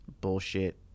bullshit